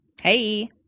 Hey